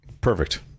perfect